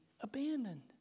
abandoned